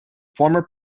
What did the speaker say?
former